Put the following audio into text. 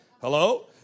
Hello